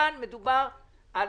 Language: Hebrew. כאן מדובר על